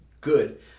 good